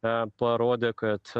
tą parodė kad a